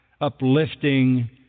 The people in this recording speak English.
uplifting